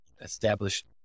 established